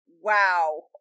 Wow